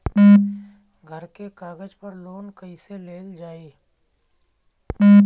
घर के कागज पर लोन कईसे लेल जाई?